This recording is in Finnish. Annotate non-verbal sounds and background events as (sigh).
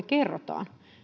(unintelligible) kerrotaan